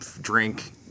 drink